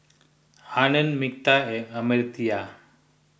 Anand Medha and Amartya